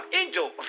angel